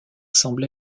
semble